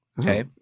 Okay